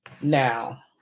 now